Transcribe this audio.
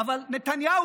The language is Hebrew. אבל נתניהו,